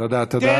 תודה, תודה.